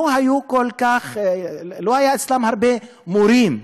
לא היו אצלם הרבה מורים,